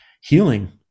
healing